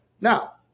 Now